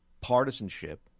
partisanship